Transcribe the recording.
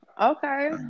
Okay